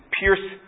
pierce